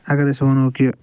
اگر أسۍ ونو کہِ